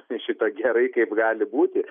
šita gerai kaip gali būti